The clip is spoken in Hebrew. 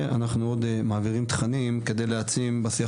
ואנחנו עוד מעבירים תכנים כדי להעצים בשיח